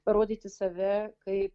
rodyti save kaip